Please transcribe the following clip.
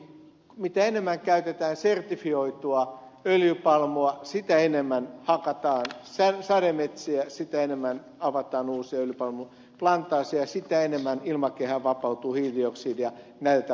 mitä enemmän käytetään sertifioitua öljypalmua sitä enemmän hakataan sademetsiä sitä enemmän avataan uusia öljypalmuplantaaseja sitä enemmän ilmakehään vapautuu hiilidioksidia näiltä plantaaseilta ja metsähävityksen johdosta